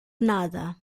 nada